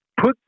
put